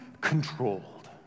controlled